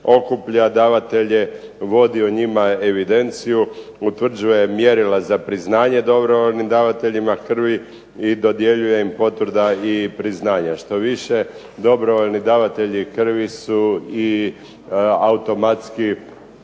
okuplja davatelje, vodi o njih evidenciju, utvrđuje mjerila za priznavanje dobrovoljnim davateljima krvi i dodjeljuje im potvrde i priznanja. Što više dobrovoljni davatelji krvi su i automatski